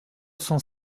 cent